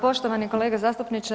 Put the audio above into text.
Poštovani kolega zastupniče.